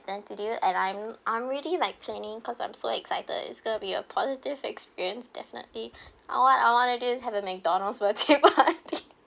then to do it and I'm I'm really like planning cause I'm so excited it's gonna be a positive experience definitely I want I want to do have a McDonald's birthday party